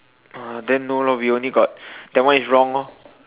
uh then no lor we only got that one is wrong orh